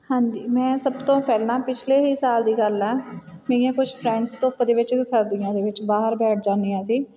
ਹਾਂਜੀ ਮੈਂ ਸਭ ਤੋਂ ਪਹਿਲਾਂ ਪਿਛਲੇ ਹੀ ਸਾਲ ਦੀ ਗੱਲ ਆ ਮੇਰੀਆਂ ਕੁਛ ਫਰੈਂਡਸ ਧੁੱਪ ਦੇ ਵਿੱਚ ਸਰਦੀਆਂ ਦੇ ਵਿੱਚ ਬਾਹਰ ਬੈਠ ਜਾਂਦੀਆਂ ਸੀ